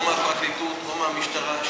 או מהפרקליטות או מהמשטרה,